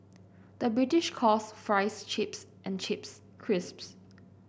the British calls fries chips and chips crisps